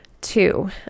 Two